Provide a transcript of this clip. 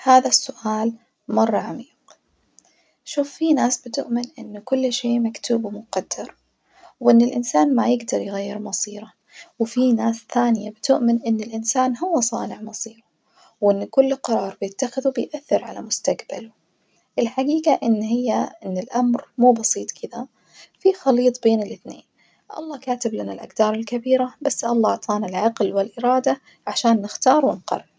هدا السؤال مرة عميق، شوف فيه ناس بتؤمن إن كل شئ مكتوب ومقدر وإن الإنسان ما يجدر يغير مصيره، وفي ناس تانية بتؤمن إن الإنسان هو صانع مصيره وإن كل قرار بيتخذه بيأثر على مستجبله، الحقيقة إن هي إن الأمر مو بسيط كدا في خليط بين الاتنين الله كاتبلنا الأقدار الكبيرة، بس الله خالقلنا العقل والإرادة عشان نختار ونقرر.